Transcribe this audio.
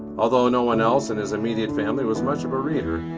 although no one else in his immediate family was much of a reader,